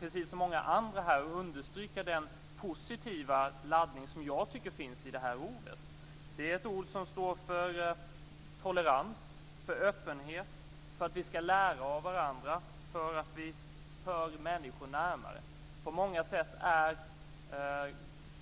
Precis som många andra här har gjort vill jag understryka den positiva laddning som jag tycker finns i det ordet. Det är ett ord som står för tolerans, för öppenhet och för att vi ska lära oss av varandra så att människor förs närmare. På många sätt är